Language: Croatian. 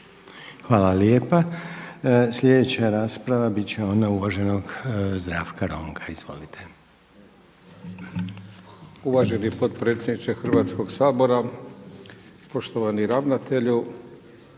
Hvala lijepa. Slijedeća rasprava bit će ona uvaženog Zdravka Ronka. Izvolite. **Ronko, Zdravko (SDP)** Uvaženi potpredsjedniče Hrvatskog sabora, poštovani ravnatelju